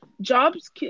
Jobs